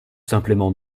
simplement